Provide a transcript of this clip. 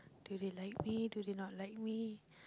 do they like me do they not like me